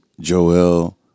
Joel